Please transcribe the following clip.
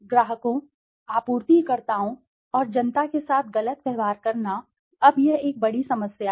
ग्राहकों आपूर्तिकर्ताओं और जनता के साथ गलत व्यवहार करना अब यह एक बड़ी समस्या है